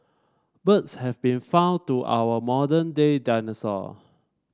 birds have been found to our modern day dinosaur